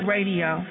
Radio